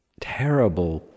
terrible